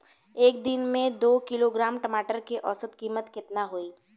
एक दिन में दो किलोग्राम टमाटर के औसत कीमत केतना होइ?